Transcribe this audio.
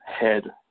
head